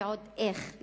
ועוד איך,